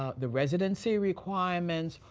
ah the residency requirements,